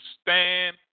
stand